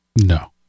No